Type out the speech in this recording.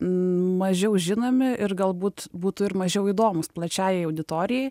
mažiau žinomi ir galbūt būtų ir mažiau įdomūs plačiajai auditorijai